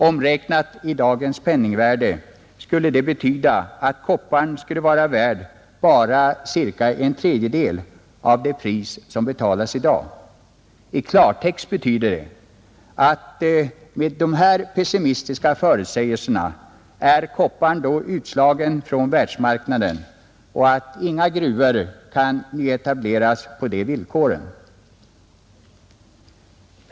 Omräknat i dagens penningvärde skulle detta betyda att kopparn skulle vara värd bara ca en tredjedel av det pris som betalas i dag. I klartext betyder dessa pessimistiska förutsägelser att kopparn då är utslagen från världsmarknaden och att inga gruvor kan nyetableras på de villkoren.